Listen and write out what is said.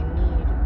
need